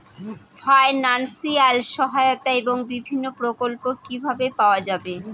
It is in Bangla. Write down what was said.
ফাইনান্সিয়াল সহায়তা এবং বিভিন্ন প্রকল্প কিভাবে পাওয়া যাবে?